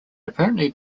apparently